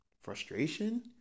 frustration